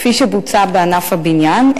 כפי שבוצע בענף הבניין,